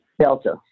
Delta